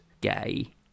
gay